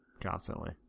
constantly